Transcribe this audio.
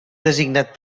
designat